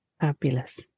fabulous